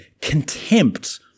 contempt